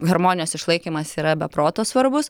harmonijos išlaikymas yra be proto svarbus